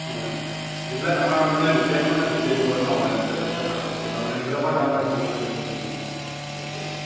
হয় যিবিলাক আমাৰ মানে লোকেল মানে ভিজিটেবুল হয় ন' মানে যিবিলাক লোকেল শাক চবজি হয় মানে সেইবিলাকৰ দামবিলাক বহুত হৈছে বুলি শুনিছোঁ মই শুনিছোঁ